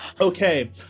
Okay